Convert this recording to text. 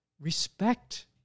Respect